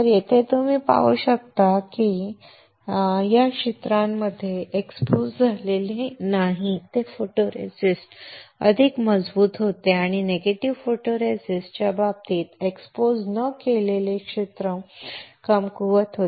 येथे तुम्ही पाहू शकता की ज्या क्षेत्रामध्ये एक्सपोज झाले नाही ते फोटोरेसिस्ट अधिक मजबूत होते आणि निगेटिव्ह फोटोरेसिस्ट च्या बाबतीत एक्सपोज न केलेले क्षेत्र कमकुवत होते